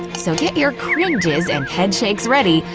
so get your cringes and head shakes ready,